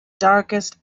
darkest